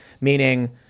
meaning